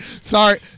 Sorry